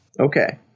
Okay